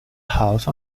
house